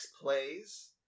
Plays